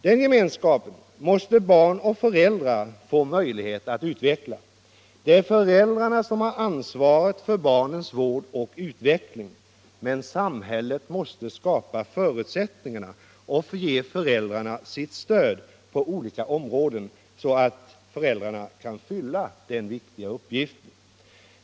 Den gemenskapen måste barn och föräldrar få möjlighet att utveckla. Det är föräldrarna som har ansvaret för barnens vård och utveckling, men samhället måste skapa förutsättningarna för föräldrarna att fullgöra denna viktiga uppgift och ge dem sitt stöd på olika områden.